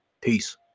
Peace